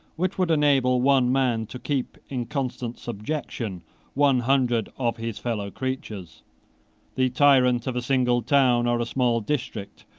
which could enable one man to keep in constant subjection one hundred of his fellow-creatures the tyrant of a single town, or a small district,